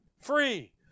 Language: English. Free